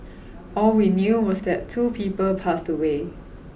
all we knew was that two people passed away